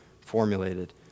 formulated